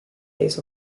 case